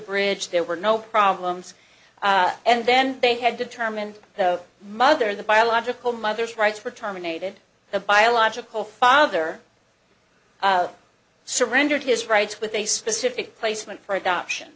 bridge there were no problems and then they had to determine the mother the biological mother's rights were terminated the biological father surrendered his rights with a specific placement for adoption